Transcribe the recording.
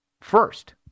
first